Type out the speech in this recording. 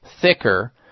thicker